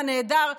הנהדר,